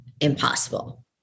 impossible